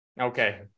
Okay